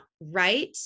right